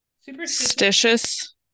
superstitious